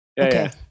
Okay